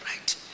right